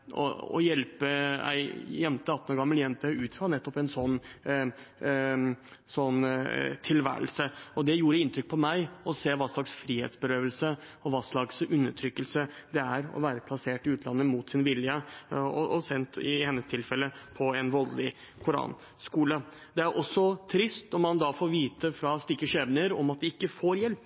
å hjelpe en 18 år gammel jente ut fra nettopp en slik tilværelse. Det gjorde inntrykk på meg å se hva slags frihetsberøvelse og hva slags undertrykkelse det er å være plassert i utlandet mot sin vilje, og sendt – i hennes tilfelle – til en voldelig koranskole. Det er også trist når man da får vite fra slike skjebner at de ikke får hjelp.